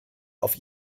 auf